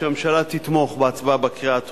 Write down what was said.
שהממשלה תתמוך בהצבעה בקריאה הטרומית,